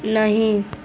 नहीं